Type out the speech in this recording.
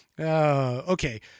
okay